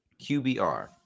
QBR